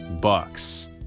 Bucks